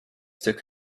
took